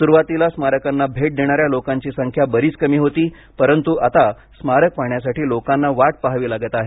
सुरुवातीला स्मारकांना भेट देणाऱ्या लोकांची संख्या बरीच कमी होती परंतु आता स्मारक पाहण्यासाठी लोकांना वाट पहावी लागत आहे